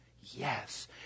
Yes